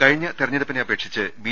കഴിഞ്ഞ തെരഞ്ഞെടുപ്പിനെ അപേ ക്ഷിച്ച് ബി